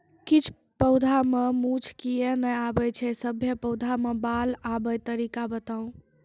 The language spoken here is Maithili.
किछ पौधा मे मूँछ किये नै आबै छै, सभे पौधा मे बाल आबे तरीका बताऊ?